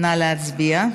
נא להצביע.